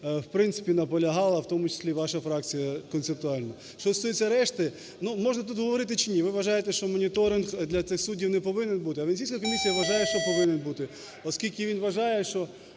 в принципі наполягала, в тому числі і ваша фракція концептуально. Що стосується решти, ну, можна тут говорити чи ні, ви вважаєте, що моніторинг для цих суддів не повинен бути, а Венеційська комісія вважає, що повинен бути. Оскільки вони вважають, що